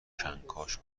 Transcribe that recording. کنکاش